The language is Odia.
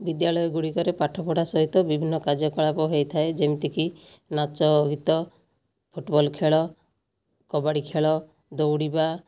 ବିଦ୍ୟାଳୟଗୁଡ଼ିକରେ ପାଠପଢ଼ା ସହିତ ବିଭିନ୍ନ କାର୍ଯ୍ୟକଳାପ ହୋଇଥାଏ ଯେମିତିକି ନାଚ ଆଉ ଗୀତ ଫୁଟବଲ୍ ଖେଳ କବାଡ଼ି ଖେଳ ଦୌଡ଼ିବା